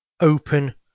open